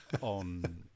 on